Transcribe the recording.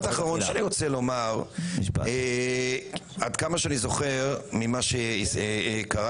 האחרון שאני רוצה לומר: עד כמה שאני זוכר ממה שקראתי,